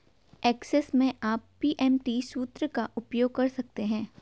Excel में आप PMT सूत्र का उपयोग कर सकते हैं